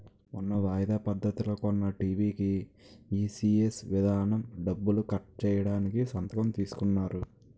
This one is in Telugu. మొన్న వాయిదా పద్ధతిలో కొన్న టీ.వి కీ ఈ.సి.ఎస్ విధానం డబ్బులు కట్ చేయడానికి సంతకం తీసుకున్నారు